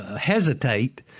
hesitate